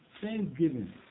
thanksgiving